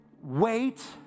wait